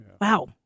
Wow